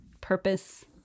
purpose